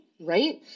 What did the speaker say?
right